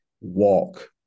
walk